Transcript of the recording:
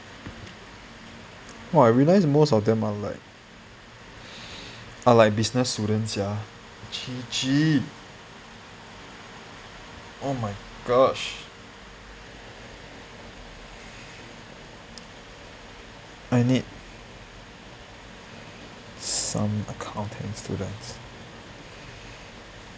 !wah! I realised most of them are like are like business students sia oh my gosh I need some accounting students